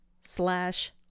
slash